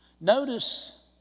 Notice